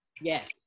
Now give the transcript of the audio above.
Yes